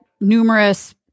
numerous